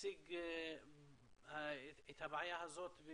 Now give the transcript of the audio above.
הציג את הבעיה הזאת,